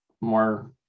more